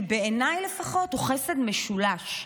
כי בעיניי לפחות הוא חסד משולש.